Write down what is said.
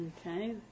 Okay